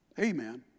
Amen